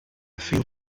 field